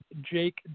Jake